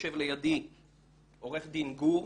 ויושב לידי עורך דין גור,